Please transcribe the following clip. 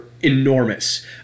enormous